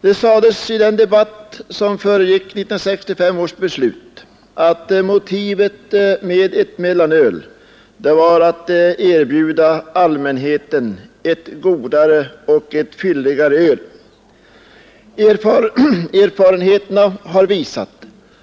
Det sades i den debatt som föregick 1965 års beslut att motivet för ett mellanöl var att erbjuda allmänheten ett godare och ett fylligare öl. Erfarenheterna har visat